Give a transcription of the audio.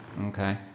Okay